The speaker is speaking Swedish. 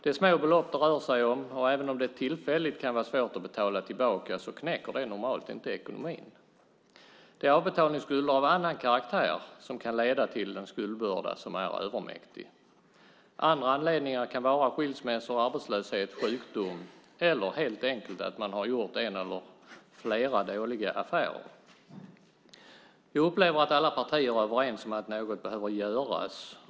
Det är små belopp det rör sig om, och även om det tillfälligt kan vara svårt att betala tillbaka dem knäcker det normalt inte ekonomin. Det är avbetalningsskulder av annan karaktär som kan leda till en skuldbörda som är övermäktig. Andra anledningar kan vara skilsmässor, arbetslöshet, sjukdom eller helt enkelt att man har gjort en eller flera dåliga affärer. Jag upplever att alla partier är överens om att något behöver göras.